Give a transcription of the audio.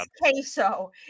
queso